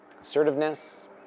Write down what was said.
Assertiveness